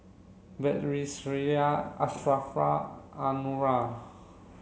Batrisya Ashraff Anuar